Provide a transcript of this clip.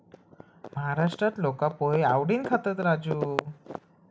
महाराष्ट्रात लोका पोहे आवडीन खातत, राजू